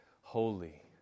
holy